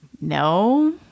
No